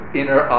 inner